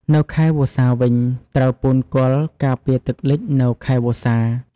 នៅខែវស្សាវិញ ត្រូវពូនគល់ការពារទឹកលិចនៅខែវស្សា។